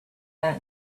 that